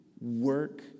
work